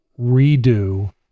redo